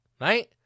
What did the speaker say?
Right